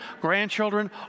grandchildren